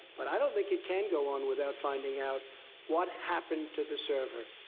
but i don't think it can go on without finding out what happened to the server.